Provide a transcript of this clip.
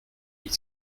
est